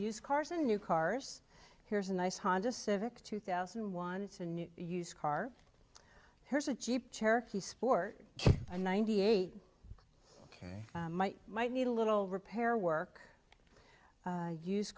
used cars in new cars here's a nice honda civic two thousand and one it's a new used car here's a jeep cherokee sport i ninety eight ok might might need a little repair work i use